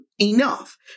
enough